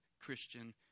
Christian